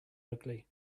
ugly